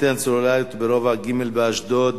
אנטנות סלולריות ברובע ג' באשדוד,